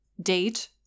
date